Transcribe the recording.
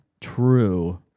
true